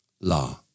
La